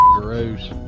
gross